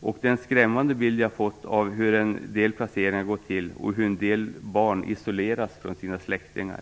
Jag har fått en skrämmande bild av hur en del fosterhemsplaceringar går till och hur en del barn isoleras från sina släktingar.